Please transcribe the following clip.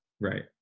Right